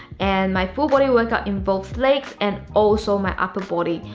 and my full body workout in both legs and also my upper body.